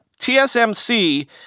TSMC